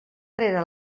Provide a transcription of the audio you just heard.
rere